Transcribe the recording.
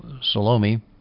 Salome